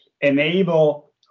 enable